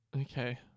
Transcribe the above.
okay